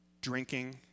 drinking